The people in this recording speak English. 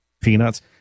peanuts